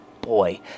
Boy